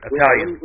Italian